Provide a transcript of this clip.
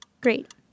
Great